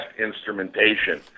instrumentation